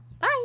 bye